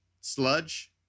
Sludge